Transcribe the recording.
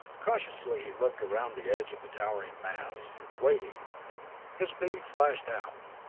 cautiously he looked around the edge of the towering mass, waiting his beam flashed out,